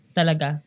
talaga